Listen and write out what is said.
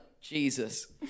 jesus